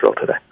today